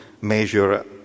measure